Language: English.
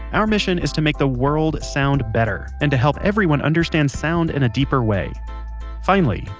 our mission is to make the world sound better, and to help everyone understand sound in a deeper way finally,